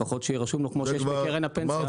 לפחות שיהיה רשום לו כמו שיש בקרן הפנסיה,